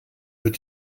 wird